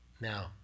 Now